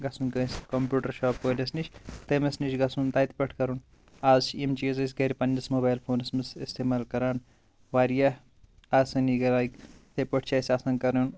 گژھُن کٲنٛسہِ computer shop وٲلِس نِش تٔمِس نِش گژھُن تتہِ پٮ۪ٹھ کرُن آز چھِ یِم چیٖز أسۍ گرِ پننس موبایل فونس منٛز استعمال کران واریاہ آسٲنی گٔے لایک اِتھے پٲٹھۍ چھِ اسہِ آسان کرُن